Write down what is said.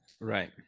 Right